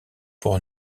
pour